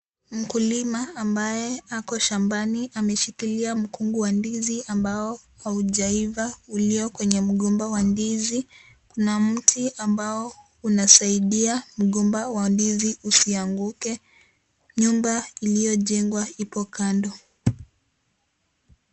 Mkulima ambaye ako shambani ameshikilia mgugu wa ndizi ambao haujaiva uliyo kwenye mgomba wa ndizi, na mti ambao unasaidia mgomba wa ndizi usianguke, nyumba iliyojengwa ipo kando.